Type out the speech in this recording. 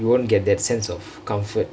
won't get that sense of comfort